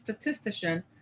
statistician